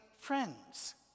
friends